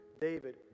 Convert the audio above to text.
David